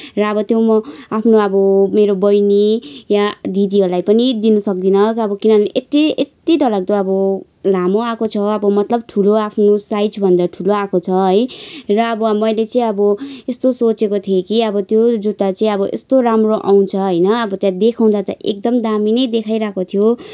र अब त्यो म आफ्नो अब मेरो बहिनी या दिदीहरूलाई पनि दिन सक्दिनँ तर किनभने यति यति डरलाग्दो अब लामो आएको छ अब मलतब ठुलो आफ्नो साइजभन्दा ठुलो आएको छ है र अब मैले चाहिँ अब यस्तो सोचेको थिएँ कि अब त्यो जुत्ता चाहिँ अब यस्तो राम्रो आउँछ होइन अब देखाउँदा त एकदम दामी नै देखाइरहेको थियो